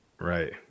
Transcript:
right